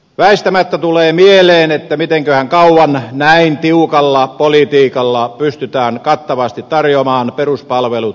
väistämättä tulee mieleen että mitenköhän kauan näin tiukalla politiikalla pystytään kattavasti tarjoamaan peruspalvelut ja investoinnit